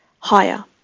higher